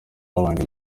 babanje